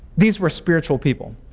these were spiritual people.